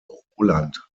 roland